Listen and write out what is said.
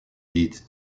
deeds